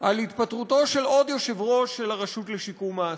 על התפטרותו של עוד יושב-ראש של הרשות לשיקום האסיר.